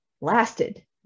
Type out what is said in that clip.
lasted